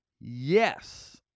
Yes